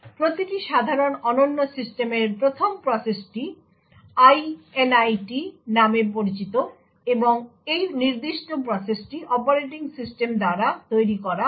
প্রতিটি সাধারণ অনন্য সিস্টেমের 1ম প্রসেসটি Init নামে পরিচিত এবং এই নির্দিষ্ট প্রসেসটি অপারেটিং সিস্টেম দ্বারা তৈরি করা হয়